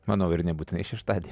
manau ir nebūtinai šeštadienį